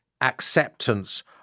acceptance